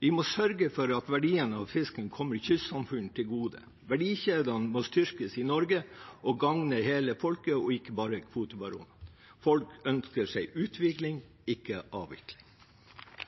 Vi må sørge for at verdiene av fisken kommer kystsamfunn til gode. Verdikjedene må styrkes i Norge og gagne hele folket og ikke bare kvotebaronene. Folk ønsker seg utvikling, ikke avvikling.